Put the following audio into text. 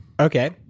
Okay